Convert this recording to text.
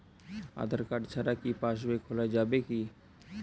আধার card ছাড়া কি পাসবই খোলা যাবে কি?